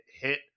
hit